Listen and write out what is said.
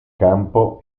campo